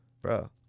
bro